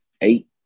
eight